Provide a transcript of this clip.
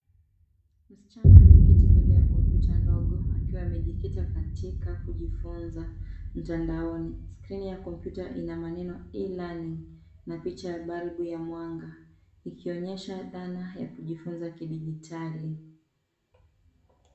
Msichana ameketi mbele ya kompyuta ndogo akiwa amejikita katika kujifunza mtandaoni. Skrini ya kompyuta ina maneno e-learning na picha ya balbu ya mwanga ikionyesha dhana ya kujifunza kidijitali.